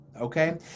okay